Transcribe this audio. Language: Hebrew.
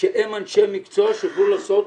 שהם אנשי המקצוע שידעו לעשות